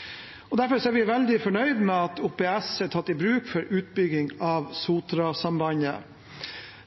benyttet. Derfor er vi veldig fornøyd med at OPS er tatt i bruk for utbygging av Sotrasambandet.